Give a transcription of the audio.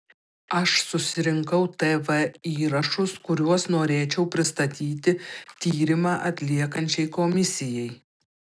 aš susirinkau tv įrašus kuriuos norėčiau pristatyti tyrimą atliekančiai komisijai